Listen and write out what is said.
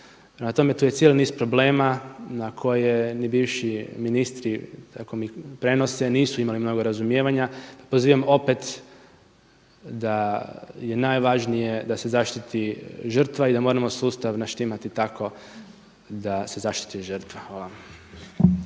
tome, tu je cijeli niz problema na koje ni bivši ministri tako mi prenose nisu imali mnogo razumijevanja, pa pozivam opet da je najvažnije da se zaštititi žrtva i da moramo sustav naštimati tako da se zaštiti žrtva. Hvala.